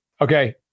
okay